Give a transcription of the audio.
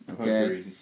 Okay